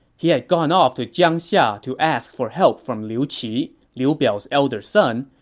he had gone off to jiangxia to ask for help from liu qi, liu biao's elder son.